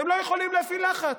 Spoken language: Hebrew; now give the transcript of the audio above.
אתם לא יכולים להפעיל לחץ,